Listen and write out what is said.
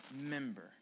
member